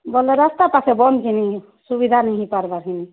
ଭଲ୍ ରାସ୍ତା ବନା ହେନି ସୁବିଧା ନାଇଁ ହେଇପାର୍ବା